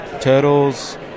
turtles